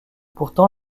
pourtant